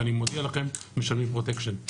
ואני מודיע לכם - משלמים פרוטקשן.